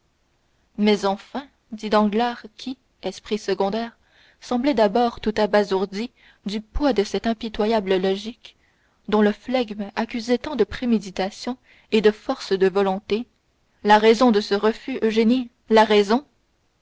mais enfin dit danglars qui esprit secondaire semblait d'abord tout abasourdi du poids de cette impitoyable logique dont le flegme accusait tant de préméditation et de force de volonté la raison de ce refus eugénie la raison